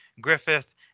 Griffith